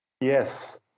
Yes